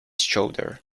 shoulder